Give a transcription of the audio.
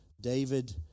David